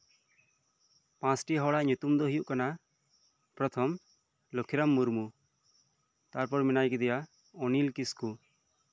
ᱯᱟᱸᱪᱴᱤ ᱦᱚᱲᱟᱜ ᱧᱩᱛᱩᱢ ᱫᱚ ᱦᱩᱭᱩᱜ ᱠᱟᱱᱟ ᱯᱨᱚᱛᱷᱚᱢ ᱞᱚᱠᱠᱷᱤᱨᱟᱢ ᱢᱩᱨᱢᱩ ᱛᱟᱨᱯᱚᱨ ᱢᱮᱱᱟᱭ ᱠᱟᱫᱮᱭᱟ ᱥᱩᱱᱤᱞ ᱠᱤᱥᱠᱩ